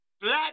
black